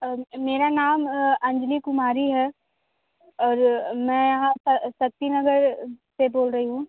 मेरा नाम अंजली कुमारी है और मैं यहाँ पर शक्ति नगर से बोल रही हूँ